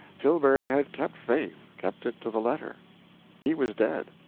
tilbury had kept faith, kept it to the letter he was dead,